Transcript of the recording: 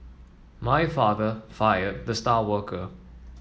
my father fired the star worker